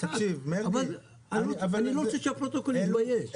אני לא רוצה שהפרוטוקול יתבייש.